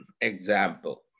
example